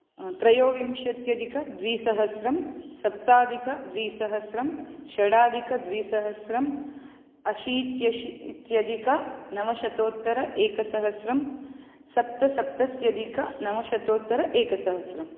त्रयोविंशत्यधिकद्विसहस्रं सप्ताधिकद्विसहस्रं षडाधिकद्विसहस्रं अशीत्यशीत्यधिकनवशतोत्तर एकसहस्रं सप्तसप्तत्यधिकनवशतोत्तर एकसहस्रम्